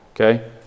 Okay